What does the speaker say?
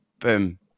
Boom